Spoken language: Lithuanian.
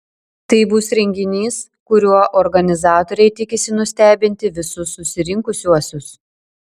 tai bus renginys kuriuo organizatoriai tikisi nustebinti visus susirinkusiuosius